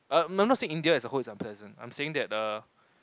uh I'm not saying India as a whole is unpleasant I'm saying that err